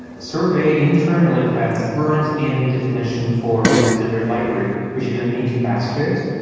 sorbet internally has burned in defi nition for ruby standard library, which you don't need to pastor it.